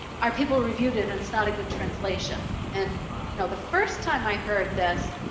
our people reviewed it and it's not a good translation. and you know, the first time i heard this,